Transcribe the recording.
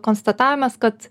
konstatavimas kad